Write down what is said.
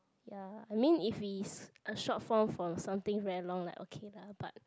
ya I mean if we uh short form for something very long then okay lah but